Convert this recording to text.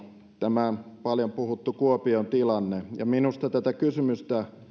tämä paljon puhuttu kuopion tilanne ja minusta tätä kysymystä